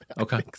Okay